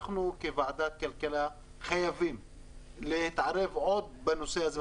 אנחנו כוועדת כלכלה חייבים להתערב עוד בנושא הזה,